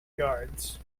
guards